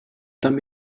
tam